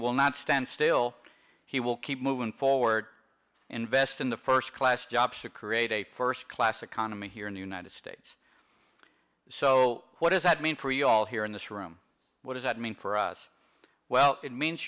will not stand still he will keep moving forward invest in the first class jobs to create a first class economy here in the united states so what does that mean for you all here in this room what does that mean for us well it means